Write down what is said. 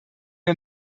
wir